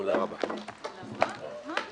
הישיבה ננעלה בשעה 12:05.